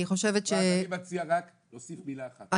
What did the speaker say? אני מציע רק להוסיף מילה אחת,